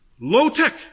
Low-tech